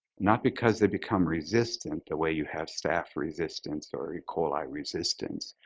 not because they become resistant the way you have staph resistance or e. coli resistance.